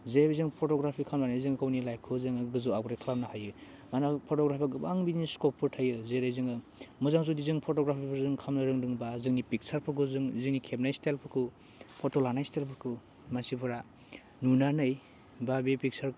जे जों फट'ग्राफि खालामनानै जों गावनि लाइभखौ जोङो गोजौ आपग्रेट खालामनो हायो मानोना फट'ग्राफियाव गोबां बिदिनो स्कपफोर थायो जेरै जोङो मोजां जुदि जों फट'ग्राफिफोर जों खालामनो रोंदोंबा जोंनि पिकचारखौ जों जोंनि खेबनाय स्टाइलफोरखौ फट' लानाय स्टाइफोरखौ मानसिफोरा नुनानै बा बे पिकचार